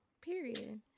period